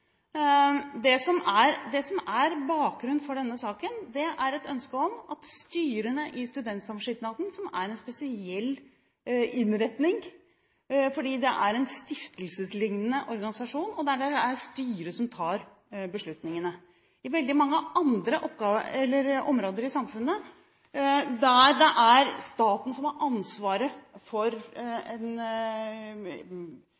studentsamskipnadene, er kompetente. Det som er bakgrunnen for denne saken, er et ønske om at det er styrene i studentsamskipnadene, som er en spesiell innretning – det er en stiftelseslignende organisasjon – som tar beslutningene. På veldig mange andre områder i samfunnet der staten har ansvaret for